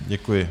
Děkuji.